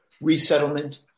resettlement